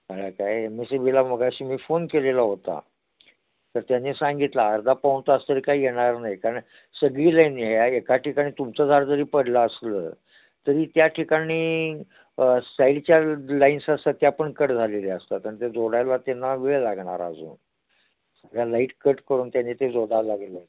आणि आता एम ए सी बिला मगाशी मी फोन केलेला होता तर त्यांनी सांगितलं अर्धा पाऊण तास तरी काही येणार नाही कारण सगळी लाईनी ह्या एका ठिकाणी तुमचं झाड जरी पडलं असलं तरी त्या ठिकाणी साईडच्या लाईन्स असतात त्या पण कट झालेल्या असतात आणि त्या जोडायला त्यांना वेळ लागणार अजून सगळ्या लाईट कट करून त्याने ते जोडावं लागेल